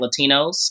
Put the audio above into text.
Latinos